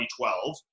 2012